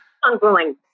ongoing